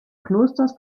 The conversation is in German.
klosters